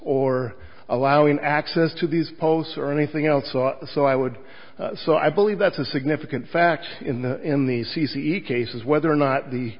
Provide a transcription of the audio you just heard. or allowing access to these posts or anything else so i would so i believe that's a significant fact in the in the c c cases whether or not the